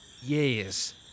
years